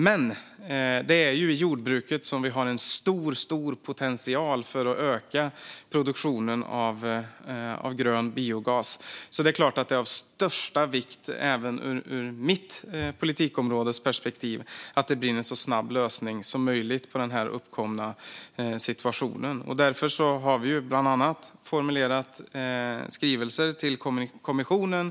Men det är ju i jordbruket som vi har stor potential för att öka produktionen av grön biogas, så det är klart att det är av största vikt även ur mitt politikområdes perspektiv att det blir en så snabb lösning som möjligt på den uppkomna situationen. Därför har vi bland annat formulerat skrivelser till kommissionen.